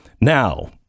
now